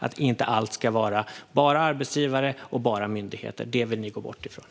Allt ska inte bara vara arbetsgivare och myndigheter. Det vill ni frångå.